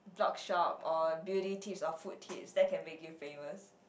blog shop or beauty tips or food tips that can make you famous